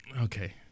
Okay